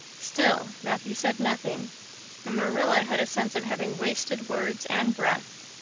still matthew said nothing and marilla had a sense of having wasted words and breath.